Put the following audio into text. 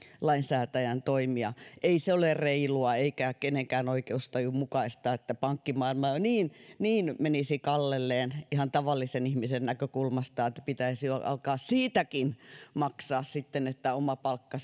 lainsäätäjän toimia ei se ole reilua eikä kenenkään oikeustajun mukaista että pankkimaailma niin niin menisi kallelleen ihan tavallisen ihmisen näkökulmasta että pitäisi jo alkaa siitäkin maksaa että oma palkka